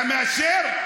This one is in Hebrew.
אתה מאשר?